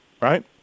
right